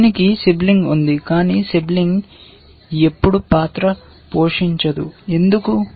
దీనికి సిబ్లింగ్ ఉంది కాని సిబ్లింగ్ ఎప్పుడూ పాత్ర పోషించదు ఎందుకు